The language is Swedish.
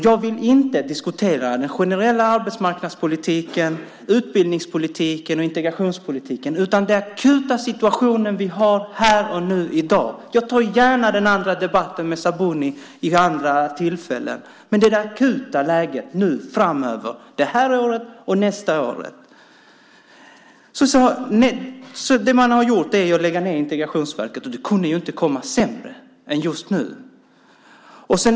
Jag vill inte diskutera den generella arbetsmarknadspolitiken, utbildningspolitiken och integrationspolitiken utan den akuta situation som vi har här och nu i dag. Jag tar gärna den andra debatten med Sabuni vid andra tillfällen, men nu handlar det om det akuta läget det här året och nästa år. Det man har gjort är att man fattat beslut om att lägga ned Integrationsverket, och det kunde inte komma sämre än just nu.